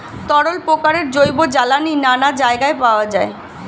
তরল প্রকারের জৈব জ্বালানি নানা জায়গায় পাওয়া যায়